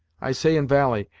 i say in valie,